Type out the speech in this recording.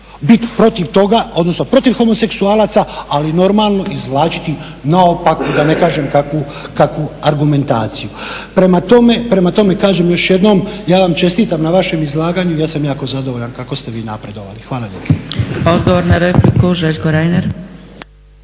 bit protiv toga, odnosno protiv homoseksualaca, ali normalno izvlačiti naopako, da ne kažem, kakvu argumentaciju. Prema tome, kažem još jednom, ja vam čestitam na vašem izlaganju, ja sam jako zadovoljan kako ste vi napredovali. Hvala lijepa.